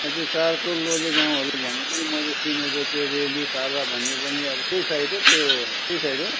अझै चार्कोल लोलेगाउँहरू भन्ने पनि मैले सुनेको त्यो रेलीपाला भन्ने पनि अब त्यै साइड हो त्यो त्यै साइड हो